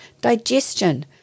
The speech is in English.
digestion